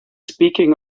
speaking